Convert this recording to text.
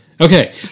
Okay